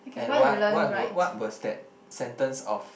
and what what what was that sentence of